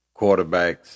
quarterbacks